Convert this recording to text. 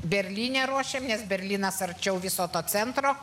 berlyne ruošiamės berlynas arčiau viso to centro